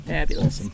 Fabulous